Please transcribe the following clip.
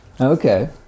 Okay